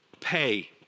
pay